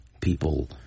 People